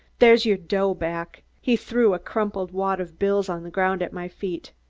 there's your dough back. he threw a crumpled wad of bills on the ground at my feet.